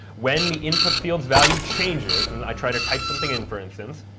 when the input field's value changes i try to type something in, for instance,